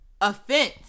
Offense